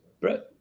Brett